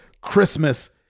Christmas